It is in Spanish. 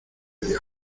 dios